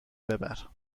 ببر